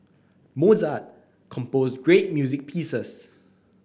Mozart composed great music pieces